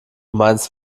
meinst